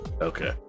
Okay